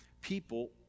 people